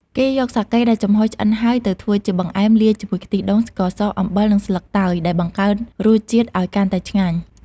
គេយកសាកេដែលចំហុយឆ្អិនហើយ ទៅធ្វើជាបង្អែមលាយជាមួយខ្ទិះដូង ស្ករស អំបិល និងស្លឹកតើយ ដែលបង្កើនរសជាតិឲ្យកាន់តែឆ្ងាញ់។